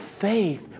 faith